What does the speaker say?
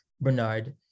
Bernard